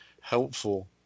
helpful